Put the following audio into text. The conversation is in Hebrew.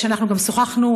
שאנחנו גם שוחחנו,